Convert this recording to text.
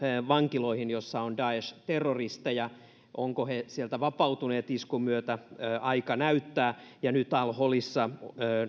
vankiloihin joissa on daesh terroristeja ovatko he sieltä vapautuneet iskun myötä sen aika näyttää ja nyt al holissa